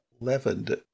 leavened